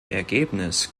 ergebnis